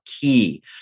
key